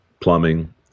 Plumbing